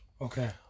Okay